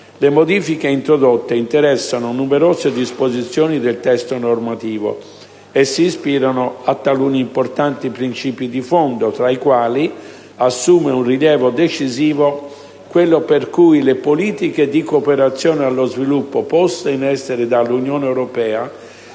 Le modifiche introdotte interessano numerose disposizioni del testo normativo e si ispirano a taluni importanti principi di fondo, tra i quali assume un rilievo decisivo quello per cui le politiche di cooperazione allo sviluppo poste in essere dall'Unione europea